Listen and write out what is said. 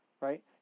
right